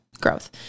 growth